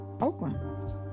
Oakland